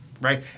right